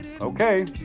Okay